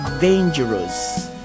dangerous